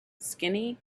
skinny